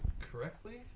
Correctly